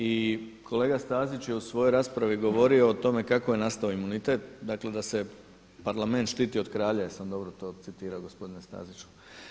I kolega Stazić je u svojoj raspravi govorio o tome kako je nastao imunitet, dakle da se parlament štiti od kralja, jesam dobro to citirao gospodine Staziću.